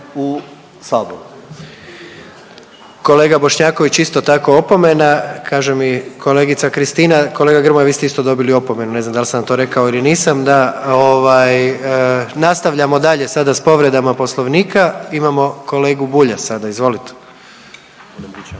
(HDZ)** Kolega Bošnjaković, isto tako, opomena, kaže mi kolegica Kristina, kolega Grmoja, vi ste isto dobili opomenu, ne znam da l' sam vam to rekao ili nisam, da. Ovaj, nastavljamo dalje sada s povredama Poslovnika, imamo kolegu Bulja sada, izvolite.